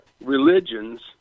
religions